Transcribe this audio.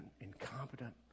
incompetent